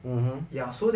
(uh huh)